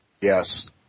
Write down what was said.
Yes